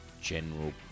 general